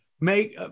Make